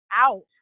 out